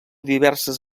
diverses